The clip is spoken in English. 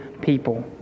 people